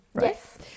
Yes